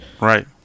Right